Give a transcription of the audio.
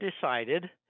decided